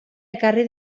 ekarri